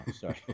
sorry